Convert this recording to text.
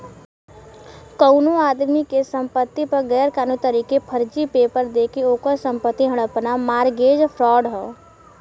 कउनो आदमी के संपति पर गैर कानूनी तरीके फर्जी पेपर देके ओकर संपत्ति हड़पना मारगेज फ्राड हौ